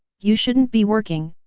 you shouldn't be working,